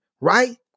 right